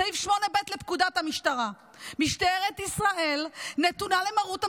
סעיף 8ב לפקודת המשטרה: "משטרת ישראל נתונה למרות הממשלה.